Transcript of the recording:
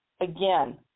again